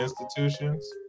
institutions